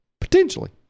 Potentially